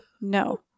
no